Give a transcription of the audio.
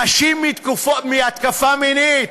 נשים שהותקפו מינית,